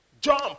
jump